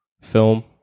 film